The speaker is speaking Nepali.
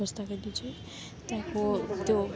खोस्दाखेरि चाहिँ त्यहाँको त्यो